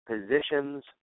positions